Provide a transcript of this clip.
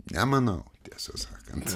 nemanau tiesą sakant